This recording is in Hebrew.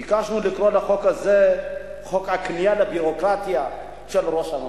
ביקשנו לקרוא לחוק הזה חוק הכניעה לביורוקרטיה של ראש הממשלה.